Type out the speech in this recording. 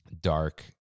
dark